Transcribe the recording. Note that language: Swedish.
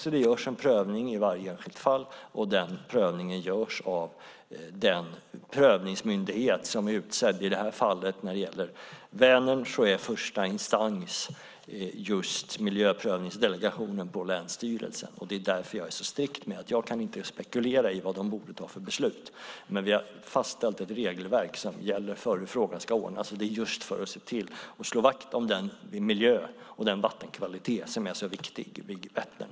Det görs alltså en prövning i varje enskilt fall, och den görs av den prövningsmyndighet som är utsedd. När det gäller Vättern är första instans miljöprövningsdelegationen vid länsstyrelsen. Det är därför jag är så strikt med att jag inte kan spekulera i vilka beslut de borde fatta. Vi har fastställt ett regelverk för hur frågan ska hanteras. Det handlar om att slå vakt om den miljö och den vattenkvalitet som är så viktig när det gäller Vättern.